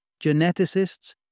geneticists